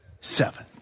seven